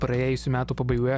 praėjusių metų pabaigoje